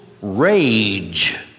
rage